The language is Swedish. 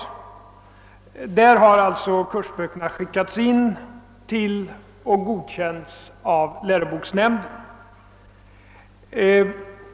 Kursböckerna har alltså skickats in till och godkänts av läroboksnämnden.